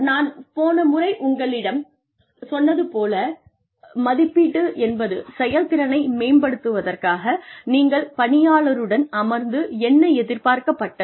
நான் போன முறை உங்களிடம் சொன்னது போல் மதிப்பீடு என்பது செயல்திறனை மேம்படுத்துவதற்காக நீங்கள் பணியாளருடன் அமர்ந்து என்ன எதிர்பார்க்கப்பட்டது